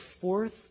fourth